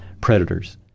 predators